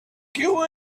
kill